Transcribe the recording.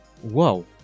Whoa